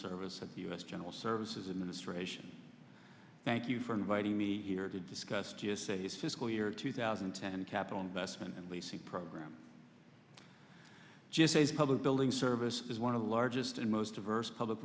service of the u s general services administration thank you for fighting me here to discuss just say his fiscal year two thousand and ten capital investment and leasing program just a public building service is one of the largest and most diverse public